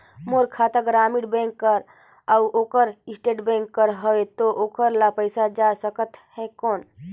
मोर खाता ग्रामीण बैंक कर अउ ओकर स्टेट बैंक कर हावेय तो ओकर ला पइसा जा सकत हे कौन?